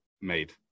made